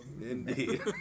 Indeed